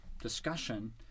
discussion